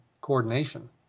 coordination